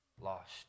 lost